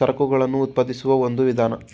ಸರಕುಗಳನ್ನು ಉತ್ಪಾದಿಸುವ ಒಂದು ವಿಧಾನ